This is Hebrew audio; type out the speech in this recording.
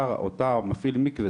אותו מפעיל מקווה,